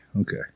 Okay